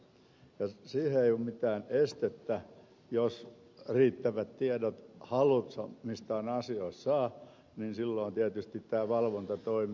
siihen ei ole mitään estettä jos riittävät tiedot haluamistaan asioista saa niin silloin tietysti tämä valvonta toimii